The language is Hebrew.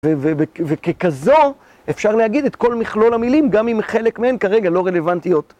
וככזו אפשר להגיד את כל מכלול המילים, גם אם חלק מהם כרגע לא רלוונטיות.